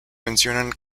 mencionan